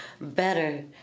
better